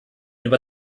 über